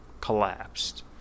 collapsed